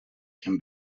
can